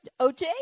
OJ